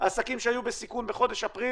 העסקים שהיו בסיכון בחודש אפריל